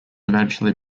eventually